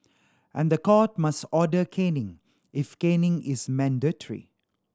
and the court must order caning if caning is mandatory